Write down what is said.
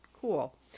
cool